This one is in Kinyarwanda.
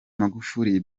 magufuli